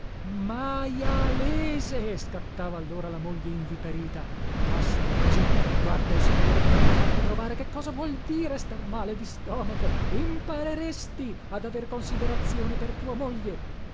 majonese majalese scattava allora la moglie inviperita basta così guarda il signore dovrebbe farti provare che cosa vuol dire star male di stomaco impareresti ad aver considerazione per tua moglie